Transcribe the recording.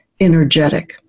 energetic